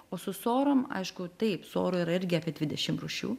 o su sorom aišku taip sorų yra irgi apie dvidešim rūšių